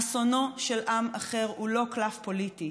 אסונו של עם אחר הוא לא קלף פוליטי,